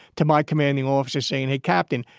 to my commanding officer saying, hey, captain,